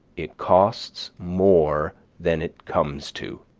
it costs more than it comes to.